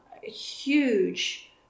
huge